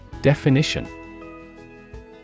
Definition